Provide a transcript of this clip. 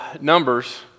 numbers